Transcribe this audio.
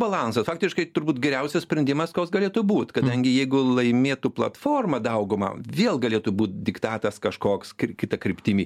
balansą faktiškai turbūt geriausias sprendimas koks galėtų būt kadangi jeigu laimėtų platforma daugumą vėl galėtų būt diktatas kažkoks kr kita kryptimi